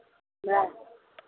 नहि